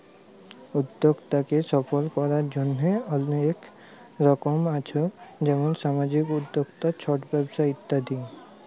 উদ্যক্তাকে সফল করার জন্হে অলেক রকম আছ যেমন সামাজিক উদ্যক্তা, ছট ব্যবসা ইত্যাদি